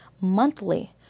monthly